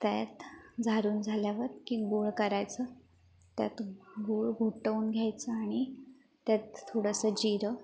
त्यात झारुन झाल्यावर की गूळ करायचं त्यात गूळ घोटवून घ्यायचा आणि त्यात थोडंसं जिरं